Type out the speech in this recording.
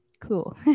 cool